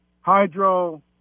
hydro